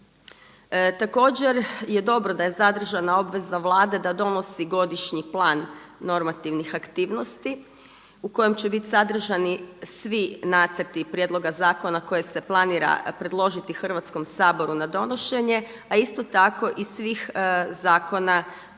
Također je dobro da je zadržana obveza Vlade da donosi godišnji plan normativnih aktivnosti u kojemu će biti sadržani svi nacrti prijedloga zakona koje se planira predložiti Hrvatskom saboru na donošenje a isto tako i svih zakona kojim